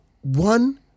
one